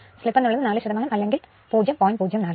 slip എന്ന് ഉള്ളത് 4 അല്ലെങ്കിൽ 0